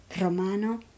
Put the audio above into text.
Romano